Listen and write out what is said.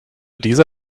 diese